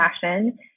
passion